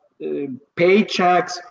paychecks